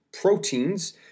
proteins